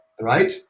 right